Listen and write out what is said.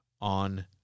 on